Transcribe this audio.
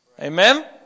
Amen